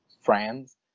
friends